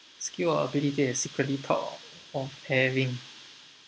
skill or ability you're secretly proud of of having